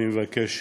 אני מבקש